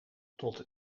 tot